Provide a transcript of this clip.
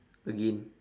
again